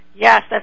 Yes